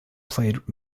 played